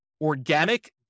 organic